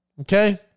okay